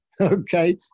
Okay